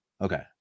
Okay